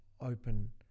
open